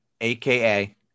AKA